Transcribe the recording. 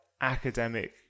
academic